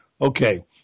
okay